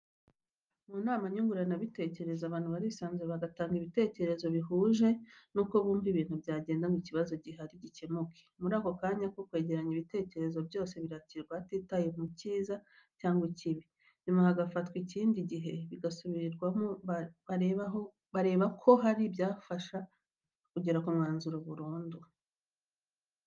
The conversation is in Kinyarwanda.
Mu nama nyunguranabitekerezo abantu barisanzura bagatanga ibitekerezo bihuje n'uko bumva ibintu byagenda ngo ikibazo gihari gikemuka, muri ako kanya ko kwegeranya ibitekerezo, byose birakirwa hatitawe ku cyiza cyangwa ikibi, nyuma hafatwa ikindi gihe bigasubirwamo bareba ko hari ibyafasha kugera ku mwanzuro wa burundu.